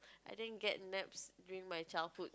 I didn't get naps during my childhood